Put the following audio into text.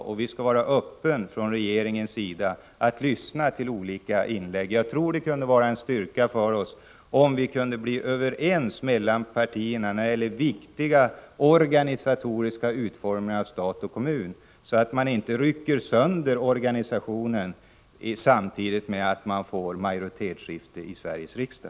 Från regeringens sida skall vi vara öppna och lyssna till olika synpunker och förslag. Jag tror att det skulle vara en styrka om vi kunde bli överens mellan partierna när det gäller viktiga organisatoriska utformningar i stat och kommun, så att man inte rycker sönder organisationen samtidigt med att man får ett majoritetsskifte i Sveriges riksdag.